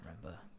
remember